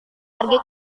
pergi